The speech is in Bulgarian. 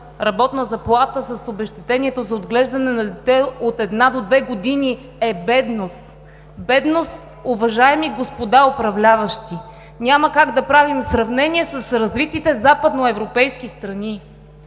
работна заплата с обезщетението за отглеждане на дете от една до две години, е бедност. Бедност, уважаеми господа управляващи! Няма как да правим сравнение с развитите западноевропейски страни.